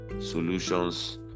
solutions